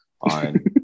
on